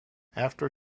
after